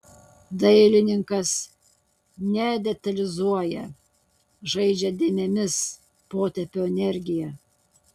dailininkas nedetalizuoja žaidžia dėmėmis potėpio energija